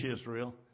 Israel